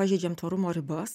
pažeidžiam tvarumo ribas